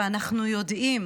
ואנחנו יודעים